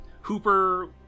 Hooper